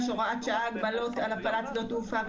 אני מתכבד לפתוח את ישיבת ועדת הכלכלה.